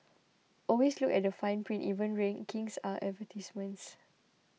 always look at the fine print even rankings are advertisements